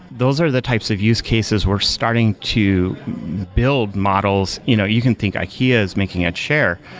those are the types of use cases we're starting to build models. you know you can think ikea is making a chair,